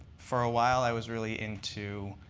for a while, i was really into